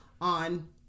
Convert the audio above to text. on